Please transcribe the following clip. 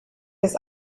his